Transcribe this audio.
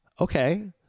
Okay